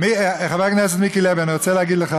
חבר הכנסת מיקי לוי, אני רוצה להגיד לך